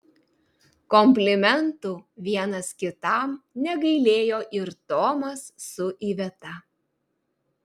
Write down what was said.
komplimentų vienas kitam negailėjo ir tomas su iveta